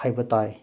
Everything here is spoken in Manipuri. ꯍꯥꯏꯕ ꯇꯥꯏ